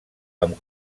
amb